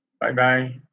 Bye-bye